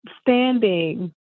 standing